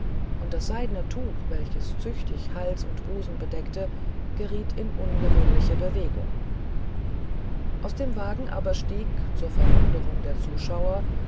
und das seidne tuch welches züchtig hals und busen bedeckte geriet in ungewöhnliche bewegung aus dem wagen aber stieg zur verwunderung der zuschauer